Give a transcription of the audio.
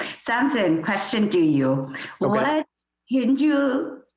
samson question to you what hindu?